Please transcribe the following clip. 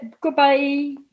Goodbye